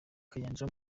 kayanja